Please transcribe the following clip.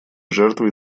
жертвой